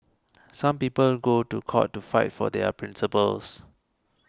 some people go to court to fight for their principles